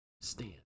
stand